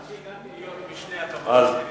עד שהגעתי להיות משנה, אתה מוריד אותי?